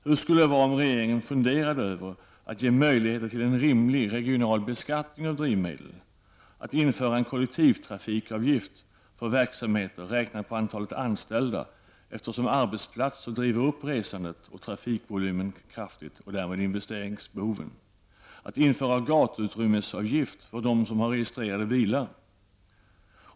Hur skulle det vara om regeringen funderade över: -- att ge möjligheter till en rimlig regional beskattning av drivmedel, -- att införa en kollektivtrafikavgift för verksamheten räknat på antalet anställda, eftersom arbetsplatser driver upp resandet och trafikvolymen kraftigt och därmed investeringsbehoven, -- att införa en gatuutrymmesavgift för dem som har registrerade bilar.